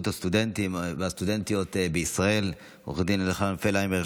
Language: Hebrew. הסטודנטים והסטודנטיות בישראל עו"ד אלחנן פלהיימר,